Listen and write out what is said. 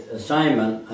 assignment